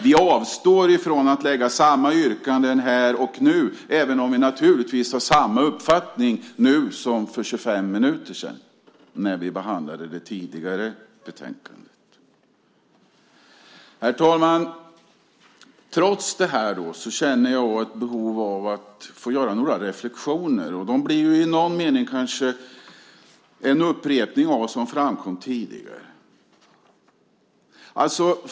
Vi avstår därför från att lägga fram samma yrkanden här och nu, även om vi naturligtvis har samma uppfattning nu som för 25 minuter sedan när vi behandlade det tidigare betänkandet. Herr talman! Trots detta känner jag ett behov av att få göra några reflexioner, även om det i någon mening kanske blir en upprepning av vad som framkom tidigare.